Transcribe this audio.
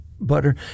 butter